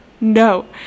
No